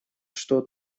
что